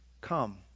come